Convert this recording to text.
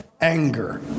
Anger